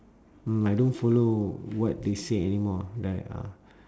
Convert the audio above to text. mm I don't follow what they say anymore like uh